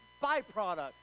Byproduct